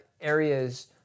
areas